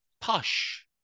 posh